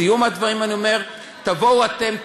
בסיום הדברים אני אומר: תבואו אתם,